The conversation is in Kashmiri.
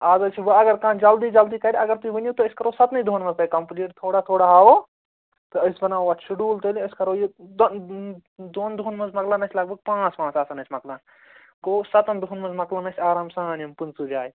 آز حظ چھِ وٕ اگر کانٛہہ جلدی جلدی کرِ اگر تُہۍ ؤنِو تہٕ أسۍ کَرو سَتنٕے دۄہَن منٛز تۄہہِ کَمپٕلیٖٹ تھوڑا تھوڑا ہاوَو تہٕ أسۍ بناوَو اَتھ شِڈوٗل تیٚلہِ أسۍ کرو یہِ دوٚن دۄہَن منٛز مَکلَن اَسہِ لگ بگ پانٛژھ پانٛژھ آسَن اَسہِ مَکلان گوٚو سَتَن دۄہَن منٛز مَکلَن اسہِ آرام سان یِم پٕنژٕہ جایہِ